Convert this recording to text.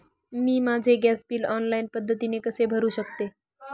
मी माझे gas bill online पद्धतीने कसे भरु शकते?